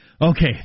Okay